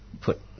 put